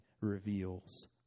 reveals